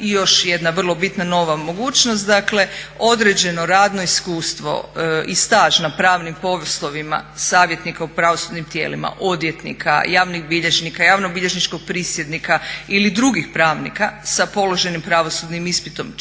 još jedna vrlo bitna nova mogućnost, dakle određeno radno iskustvo i staž na pravnim poslovima savjetnika u pravosudnim tijelima, odvjetnika, javnih bilježnika, javno-bilježničkog prisjednika ili drugih pravnika sa položenim pravosudnim ispitom 4